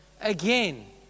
again